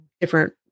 different